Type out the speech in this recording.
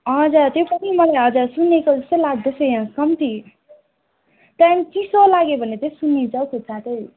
हजुर त्यसमा पनि मलाई हजुर सुन्निएको जस्तो लाग्दैछ यहाँ कम्ती त्यहाँदेखि चिसो लाग्यो भने चाहिँ सुन्निन्छ खुट्टा चाहिँ